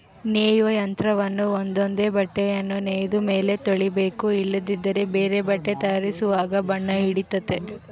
ನೇಯುವ ಯಂತ್ರವನ್ನ ಒಂದೊಂದೇ ಬಟ್ಟೆಯನ್ನು ನೇಯ್ದ ಮೇಲೆ ತೊಳಿಬೇಕು ಇಲ್ಲದಿದ್ದರೆ ಬೇರೆ ಬಟ್ಟೆ ತಯಾರಿಸುವಾಗ ಬಣ್ಣ ಹಿಡಿತತೆ